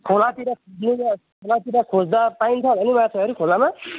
खोलातिर जिउँदा खोलातिर खोज्दा पाइन्छ होला नि माछाहरू खोलामा